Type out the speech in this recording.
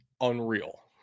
unreal